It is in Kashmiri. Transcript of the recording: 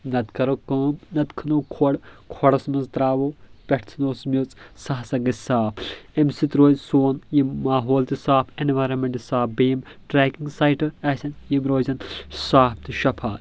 نتہٕ کرو کٲم نتہٕ کھنو کھۄڑ کھۄڑس منٛز تراوو پٮ۪ٹھٕ ژھنہٕ ہوس میژ سہ ہسا گژھِ صاف امہِ سۭتۍ روزِ سون یہِ ماحول تہِ صاف اٮ۪نوارمنٹ صاف بیٚیہِ یِم ٹرٛیکنٛگ سایٹ آسَن یِم روزَن صاف تہٕ شفات